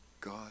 God